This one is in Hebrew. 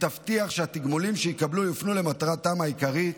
היא תבטיח שהתגמולים שיקבלו יופנו למטרתם העיקרית,